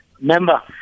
Member